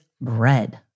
bread